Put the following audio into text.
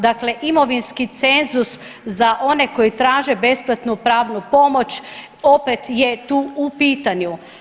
Dakle, imovinski cenzus za one koji traže besplatnu pravnu pomoć opet je tu u pitanju.